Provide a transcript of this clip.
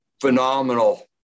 phenomenal